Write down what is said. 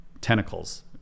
tentacles